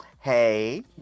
hey